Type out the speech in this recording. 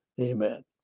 amen